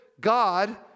God